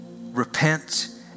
Repent